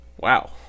Wow